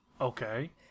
Okay